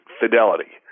fidelity